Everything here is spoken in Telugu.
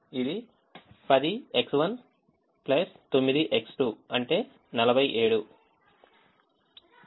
ఇది 10X1 9X2 అంటే 47